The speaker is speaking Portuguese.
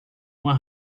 uma